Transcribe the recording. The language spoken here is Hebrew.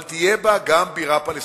אבל תהיה בה גם בירה פלסטינית.